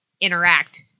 interact